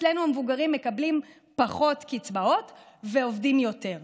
אצלנו המבוגרים מקבלים פחות קצבאות ועובדים יותר.